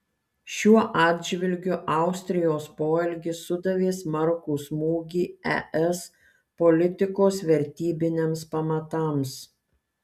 šiuo atžvilgiu austrijos poelgis sudavė smarkų smūgį es politikos vertybiniams pamatams